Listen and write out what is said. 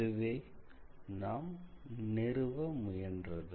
இதுவே நாம் நிறுவ முயன்றது